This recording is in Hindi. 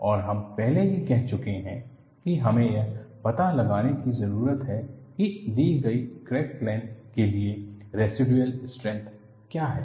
और हम पहले ही कह चुके हैं कि हमें यह पता लगाने की जरूरत है कि दी गई क्रैक लेंथ के लिए रिजिड्यूल स्ट्रेंथ क्या है